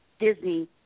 Disney